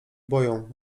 boją